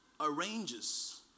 arranges